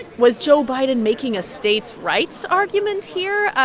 was joe biden making a states' rights argument here?